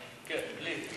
כן, בלי.